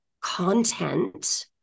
content